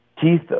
Teeth